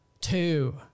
two